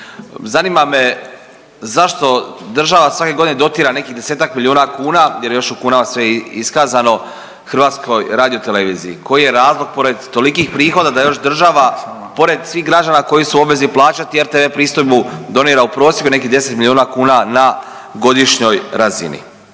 Zanima me zašto država svake godine dotira nekih 10-tak milijuna kuna, jer je još u kunama sve iskazano, HRT-u, koji je razlog pored tolikih prihoda da još država pored svih građana koji su u obvezi plaćati RTV pristojbu donira u prosjeku nekih 10 milijuna kuna na godišnjoj razini?